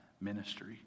ministry